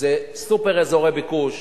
זה סופר אזורי ביקוש.